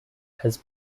had